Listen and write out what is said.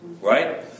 Right